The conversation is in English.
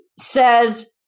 says